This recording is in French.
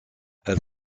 elle